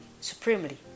supremely